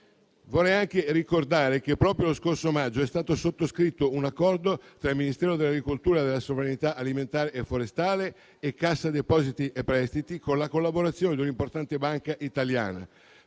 Vorrei anche ricordare che proprio lo scorso maggio è stato sottoscritto un accordo tra il Ministero dell'agricoltura e della sovranità alimentare e forestale e Cassa depositi e prestiti, con la collaborazione di un'importante banca italiana,